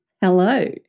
hello